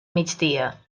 migdia